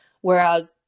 Whereas